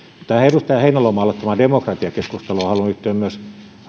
tähän edustaja heinäluoman aloittamaan demokratiakeskusteluun haluan yhtyä myös